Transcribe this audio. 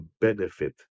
benefit